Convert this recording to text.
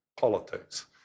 politics